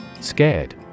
Scared